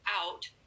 out